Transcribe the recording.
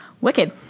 Wicked